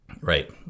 Right